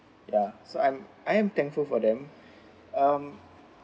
ya so I'm I'm thankful for them um